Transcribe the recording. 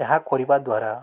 ଏହା କରିବା ଦ୍ୱାରା